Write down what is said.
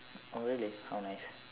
oh really how nice